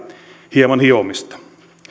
hieman hiomista